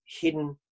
hidden